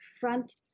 front